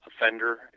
offender